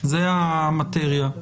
זו המטרייה.